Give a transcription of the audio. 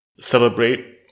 celebrate